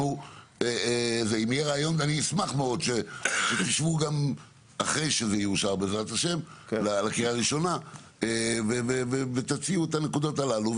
אני אשמח מאוד שתשבו אחרי האישור לקריאה ראשונה ותציעו את הנקודות הללו,